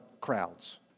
crowds